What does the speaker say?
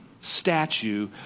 statue